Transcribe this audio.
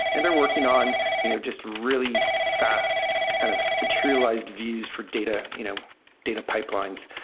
and they're working on you know just really fast kind of materialized views for data, you know data pipelines.